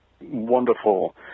wonderful